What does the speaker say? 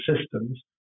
systems